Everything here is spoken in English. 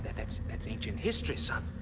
that's that's ancient history, son.